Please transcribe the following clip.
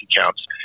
accounts